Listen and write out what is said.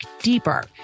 deeper